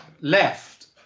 left